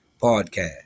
Podcast